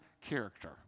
character